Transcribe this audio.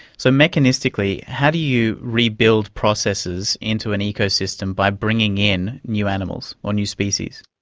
so mechanistically how do you rebuild processes into an ecosystem by bringing in new animals or new species?